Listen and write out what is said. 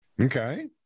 Okay